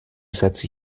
sätze